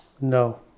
No